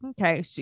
Okay